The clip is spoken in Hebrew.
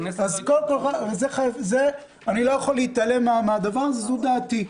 אני לא יכול להתעלם מהדבר הזה, זו דעתי.